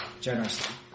generously